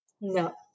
No